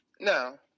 Now